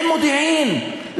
עם מודיעין,